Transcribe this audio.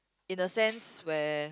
in the sense where